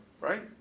right